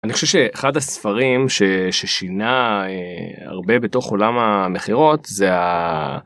אני חושב שאחד הספרים ששינה הרבה בתוך עולם המכירות זה